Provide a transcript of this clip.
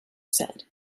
said